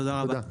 תודה רבה.